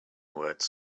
words